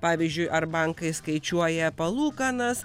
pavyzdžiui ar bankai skaičiuoja palūkanas